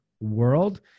world